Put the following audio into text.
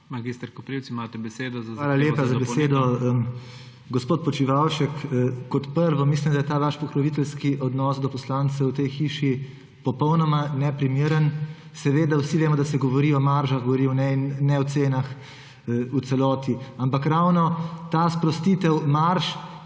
Mag. Koprivc, imate besedo za zahtevo za dopolnitev. **MAG. MARKO KOPRIVC (PS SD):** Hvala lepa za besedo. Gospod Počivalšek, kot prvo mislim, da je ta vaš pokroviteljski odnos do poslancev v tej hiši popolnoma neprimeren. Seveda vsi vemo, da se govori o maržah goriv in ne o cenah v celoti, ampak ravno ta sprostitev marž